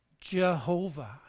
Jehovah